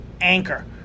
anchor